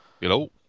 Hello